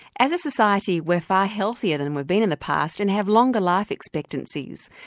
as a society we're far healthier than we've been in the past and have longer life expectancies,